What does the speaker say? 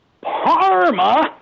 Parma